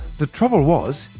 the trouble was,